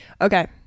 Okay